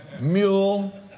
Mule